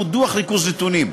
והוא דוח ריכוז נתונים.